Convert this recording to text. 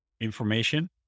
information